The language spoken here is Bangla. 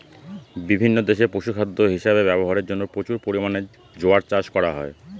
বিভিন্ন দেশে পশুখাদ্য হিসাবে ব্যবহারের জন্য প্রচুর পরিমাণে জোয়ার চাষ করা হয়